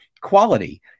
quality